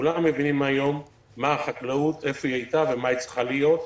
כולם מבינים היום איפה החקלאות הייתה ומה היא צריכה להיות,